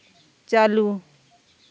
ᱪᱟᱹᱞᱩ